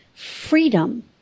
freedom